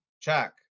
Check